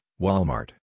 Walmart